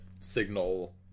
signal